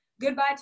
Goodbye